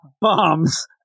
bombs